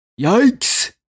yikes